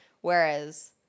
Whereas